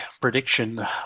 prediction